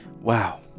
wow